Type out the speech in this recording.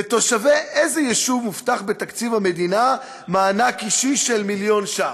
לתושבי איזה יישוב הובטח בתקציב המדינה מענק אישי של מיליון שקלים?